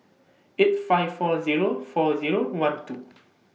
eight five four Zero four Zero one two